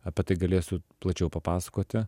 apie tai galėsiu plačiau papasakoti